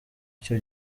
icyo